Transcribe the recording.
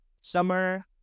Summer